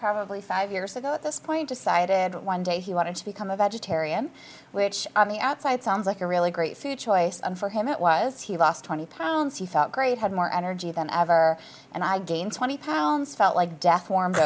probably five years ago at this point decided one day he wanted to become a vegetarian which on the outside sounds like a really great food choice and for him it was he lost twenty pounds he felt great had more energy than ever and i gained twenty pounds felt like death warmed